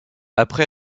après